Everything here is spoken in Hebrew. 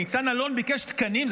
ניצן אלון ביקש תקנים,